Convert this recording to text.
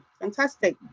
fantastic